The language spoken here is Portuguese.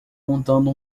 montando